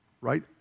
right